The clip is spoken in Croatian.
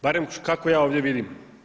Barem kako ja ovdje vidim.